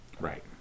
Right